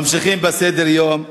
ממשיכים בהצעות לסדר-היום בנושא: